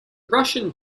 russian